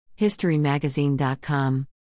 historymagazine.com